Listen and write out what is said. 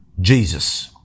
Jesus